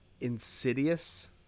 Insidious